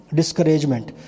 discouragement